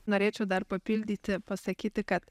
norėčiau dar papildyti pasakyti kad